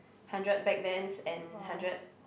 hundred back bends and hundred